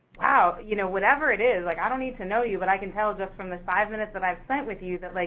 wow, you know, whatever it is, like, i don't need to know you, but i can tell just from the five minutes that i've spent with you that, like,